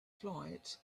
flight